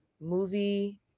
movie